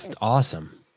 awesome